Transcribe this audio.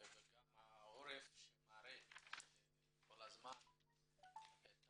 וגם העורף שמראה כל הזמן שעם